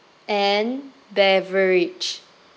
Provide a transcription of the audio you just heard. and beverage